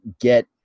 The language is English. get